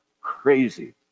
crazy